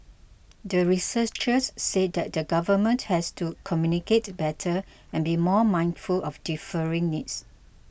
the researchers said that the Government has to communicate better and be more mindful of differing needs